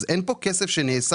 אז אין פה כסף שנאסף.